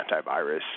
antivirus